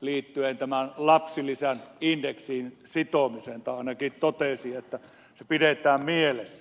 liittyen lapsilisän indeksiin sitomiseen tai ainakin totesi että se pidetään mielessä